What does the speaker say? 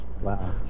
Wow